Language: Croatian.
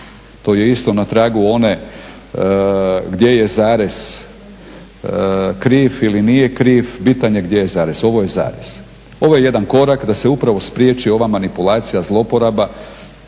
to je isto na tragu one gdje je zarez kriv ili nije kriv, bitan je gdje je zarez, ovo je zarez. Ovo je jedan korak da se upravo spriječi ova manipulacija zloporaba.